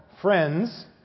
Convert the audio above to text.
Friends